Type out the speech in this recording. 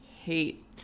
hate